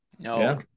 No